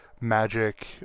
Magic